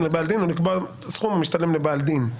לבעל דין או לקבוע סכום המשתלם לבעל דין.